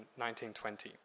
1920